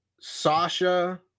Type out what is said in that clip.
Sasha